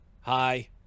hi